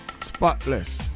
spotless